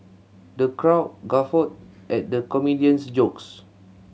the crowd guffawed at the comedian's jokes